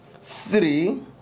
three